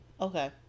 okay